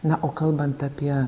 na o kalbant apie